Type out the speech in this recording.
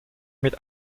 mit